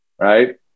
Right